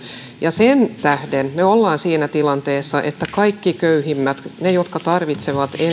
ja sen tähden me olemme siinä tilanteessa että kaikilta köyhimmiltä niiltä jotka tarvitsevat